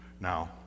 now